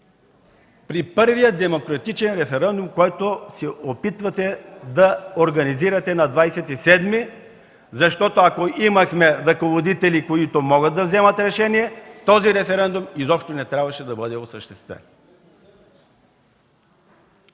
при първия демократичен референдум, който се опитвате да организирате на 27-ми, защото, ако имахме ръководители, които могат да вземат решения, този референдум изобщо не трябваше да бъде осъществен.